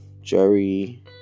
Jerry